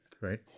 Right